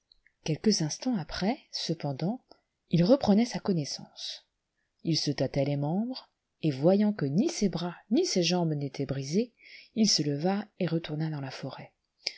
quelques instants après cependant il reprenait sa connaissance il se tàtaitlesmembres et voyant que ni ses bras ni ses jambes n'étaient brisés il se leva et retourna dans la forêt